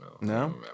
No